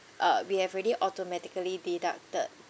uh we have already automatically deducted